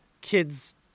kids